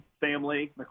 family